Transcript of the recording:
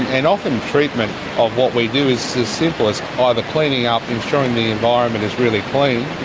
and often treatment of what we do is as simple as either cleaning up, ensuring the environment is really clean,